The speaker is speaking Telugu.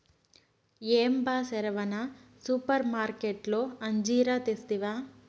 ఏం బా సెరవన సూపర్మార్కట్లో అంజీరా తెస్తివా